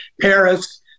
Paris